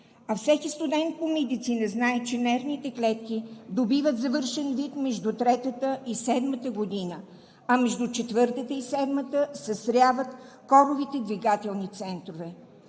а всеки студент по медицина знае, че нервните клетки добиват завършен вид между третата и седмата година, а между четвъртата и седмата съзряват коровите двигателни центрове.